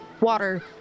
water